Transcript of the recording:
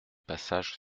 passage